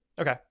Okay